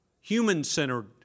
human-centered